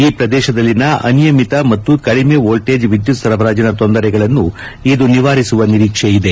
ಈ ಪ್ರದೇಶದಲ್ಲಿನ ಅನಿಯಮಿತ ಮತ್ತು ಕಡಿಮೆ ವೋಲ್ವೇಜ್ ವಿದ್ಯುತ್ ಸರಬರಾಜಿನ ತೊಂದರೆಗಳನ್ನು ಇದು ನಿವಾರಿಸುವ ನಿರೀಕ್ಷೆ ಇದೆ